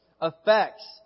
affects